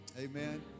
Amen